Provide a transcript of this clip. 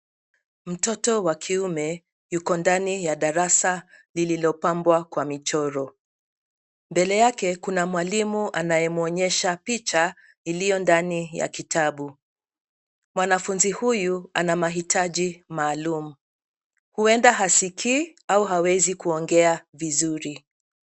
Mtoto wa kiume yuko ndani ya darasa lililopambwa kwa michoro. Mbele yake kuna mwalimu anayemuonyesha picha iliyo ndani ya kitabu. Mwanafunzi huyu ana maitaji maalum. Huenda hasikii au hawezi kuongea vizuri.